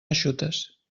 eixutes